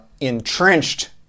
entrenched